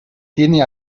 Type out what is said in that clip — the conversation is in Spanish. tiene